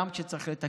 גם כשצריך לתקן.